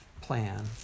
plan